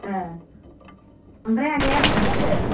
ए ओमफ्राय आगैया बबेनि जाखो